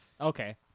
okay